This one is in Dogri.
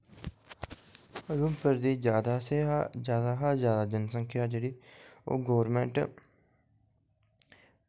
उधमपुर दी जादै शा जादै जनसंख्या जेह्ड़ी ओह् गौरमेंट